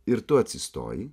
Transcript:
ir tu atsistojai